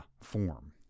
form